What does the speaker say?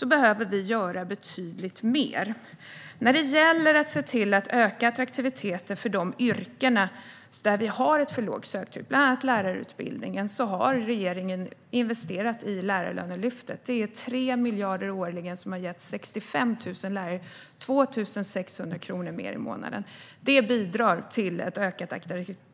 Då behöver vi göra betydligt mer. Sedan gäller det frågan om att öka attraktiviteten för de yrken där utbildningarna har ett för lågt söktryck - det gäller bland annat lärarutbildningen. Regeringen har investerat i lärarlönelyftet. Det är 3 miljarder årligen, som har gett 65 000 lärare 2 600 kronor mer i månaden. Det bidrar till en ökad